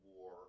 War